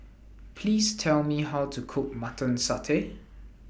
Please Tell Me How to Cook Mutton Satay